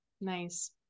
nice